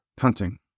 hunting